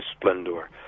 Splendor